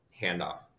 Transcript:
handoff